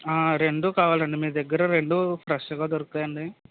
రెండు కావాలండి మీ దగ్గర రెండు ఫ్రెష్గా దొరుకుతాయా అండి